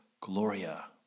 Gloria